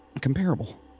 comparable